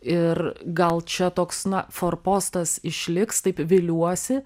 ir gal čia toks na forpostas išliks taip viliuosi